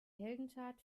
heldentat